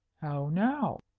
how now?